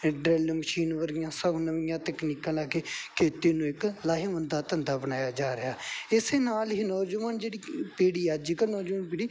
Dell machine ਵਰਗੀਆਂ ਸਭ ਨਵੀਆਂ ਤਕਨੀਕਾਂ ਲੈ ਕੇ ਖੇਤੀ ਨੂੰ ਇੱਕ ਲਾਹੇਵੰਦਾ ਧੰਦਾ ਬਣਾਇਆ ਜਾ ਰਿਹਾ ਇਸ ਨਾਲ ਹੀ ਨੌਜਵਾਨ ਜਿਹੜੀ ਪੀੜ੍ਹੀ ਅੱਜ ਕੱਲ੍ਹ ਨੌਜਵਾਨ ਪੀੜੀ